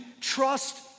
trust